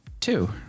Two